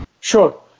Sure